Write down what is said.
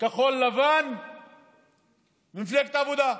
כחול לבן ומפלגת העבודה.